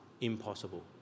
impossible